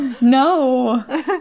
No